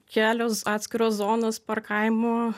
kelios atskiros zonos parkavimo